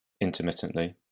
intermittently